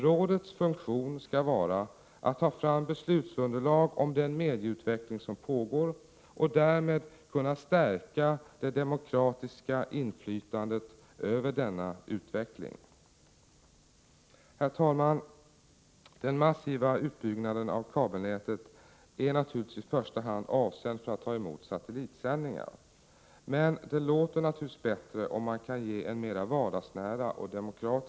Rådets funktion skall vara att ta fram beslutsunderlag om den medieutveckling som pågår och därmed stärka det — Prot. 1987/88:46 demokratiska inflytandet över denna utveckling. 16 december 1987 Herr talman! Den massiva utbyggnaden av kabelnätet är naturligtvis i första hand avsedd för att ta emot satellitsändningar. Men det låter NE fö naturligtvis bättre om man kan ge en mer vardagsnära och demokratisk PP.